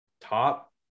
top